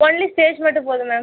only stage மட்டும் போதும் ma'am